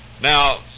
Now